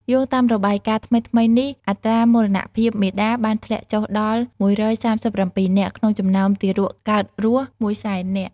យោងតាមរបាយការណ៍ថ្មីៗនេះ អត្រាមរណភាពមាតាបានធ្លាក់ចុះដល់ ១៣៧ នាក់ ក្នុងចំណោមទារកកើតរស់ ១០០,០០០ នាក់។